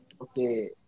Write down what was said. Okay